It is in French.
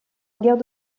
guerre